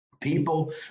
People